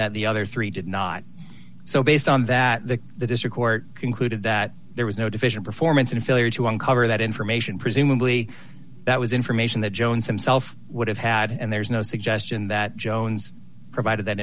that the other three did not so based on that that the district court concluded that there was no division performance and failure to uncover that information presumably that was information that jones himself would have had and there's no suggestion that jones provided that